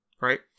right